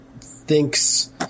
thinks